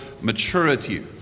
maturity